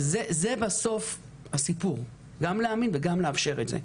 זה בסוף הסיפור, גם להאמין וגם לאפשר את זה.